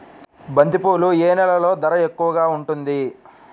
బంతిపూలు ఏ నెలలో ధర ఎక్కువగా ఉంటుంది?